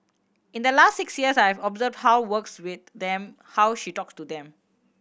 in the last six weeks I've observed how works with them how she talk to them